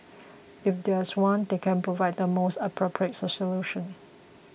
if there is one they can provide the most appropriate solution